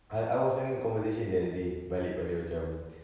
I I was having a conversation the other day balik pada macam